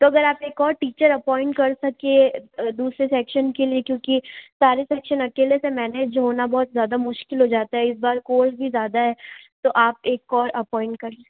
तो अगर आप एक और टीचर अपॉइंट कर सकें दूसरे सेक्शन के लिए क्योंकि सारे सेक्शन अकेले से मैनेज होना बहुत ज़्यादा मुश्किल हो जाता है इस बार कोर्स भी ज़्यादा है तो आप एक और अपॉइंट करिए